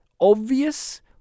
obvious